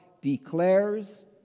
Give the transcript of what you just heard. declares